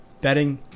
betting